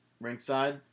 ringside